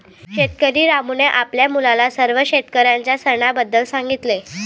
शेतकरी रामूने आपल्या मुलाला सर्व शेतकऱ्यांच्या सणाबद्दल सांगितले